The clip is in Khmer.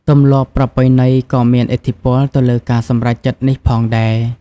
ទម្លាប់ប្រពៃណីក៏មានឥទ្ធិពលទៅលើការសម្រេចចិត្តនេះផងដែរ។